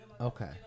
Okay